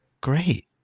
Great